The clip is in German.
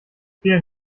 vielen